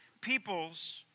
peoples